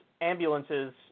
ambulances